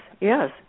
yes